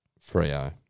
Frio